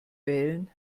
wählen